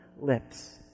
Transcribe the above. lips